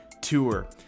tour